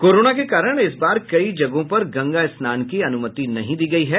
corona के कारण इसे बार कई जगहों पर गंगा स्नान की अनुमति नहीं दी गयी है